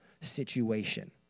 situation